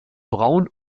braun